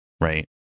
right